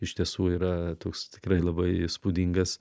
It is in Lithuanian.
iš tiesų yra toks tikrai labai įspūdingas